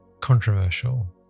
controversial